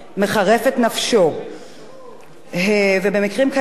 במקרים כאלה יש לחשוב ולהפעיל שיקול דעת אמיתי,